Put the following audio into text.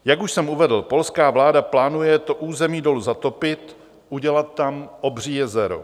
Jak už jsem uvedl, polská vláda plánuje to území dolu zatopit, udělat tam obří jezero.